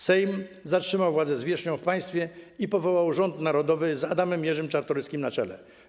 Sejm zatrzymał władzę zwierzchnią w państwie i powołał Rząd Narodowy z Adamem Jerzym Czartoryskim na czele.